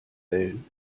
wellen